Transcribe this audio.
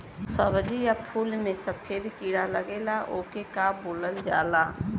सब्ज़ी या फुल में सफेद कीड़ा लगेला ओके का बोलल जाला?